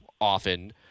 often